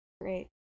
Great